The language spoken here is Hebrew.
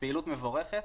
פעילות מבורכת,